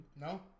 No